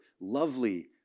lovely